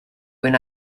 when